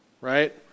right